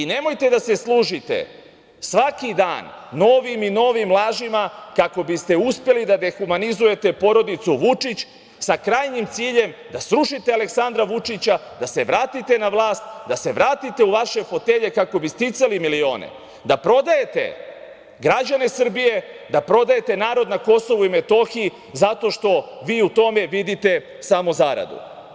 Nemojte da se služite svaki dan novim i novim lažima kako biste uspeli da ga dehumanizujete porodicu Vučić sa krajnjim ciljem da srušite Aleksandra Vučića, da se vratite na vlast, da se vratite u vaše fotelje kako bi sticali milione, da prodajete građane Srbije, da prodajete narod na Kosovu i Metohiji zato što vi u tome vidite samo zaradu.